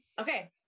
okay